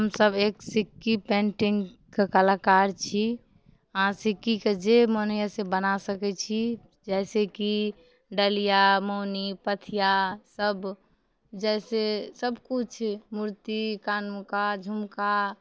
हमसब एक सिक्की पेन्टिंगके कलाकार छी अहाँ सिक्कीके जे मोन होइया से बना सकैत छी जैसेकि डलिया मौनी पथिया सब जैसे सब किछु मूर्ति कानक झुमका